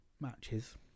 matches